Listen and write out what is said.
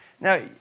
Now